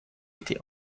été